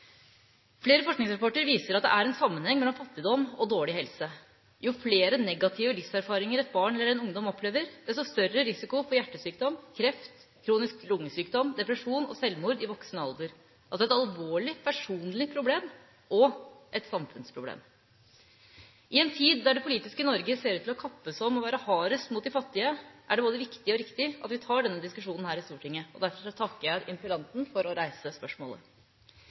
Flere forskingsrapporter viser at det er en sammenheng mellom fattigdom og dårlig helse. Jo flere negative livserfaringer et barn eller en ungdom opplever, desto større risiko for hjertesykdom, kreft, kronisk lungesykdom, depresjon og selvmord i voksen alder – altså et alvorlig personlig problem, og et samfunnsproblem. I en tid der det politiske Norge ser ut til å kappes om å være hardest mot de fattige, er det både viktig og riktig at vi tar denne diskusjonen her i Stortinget. Derfor takker jeg interpellanten for å reise spørsmålet.